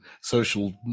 social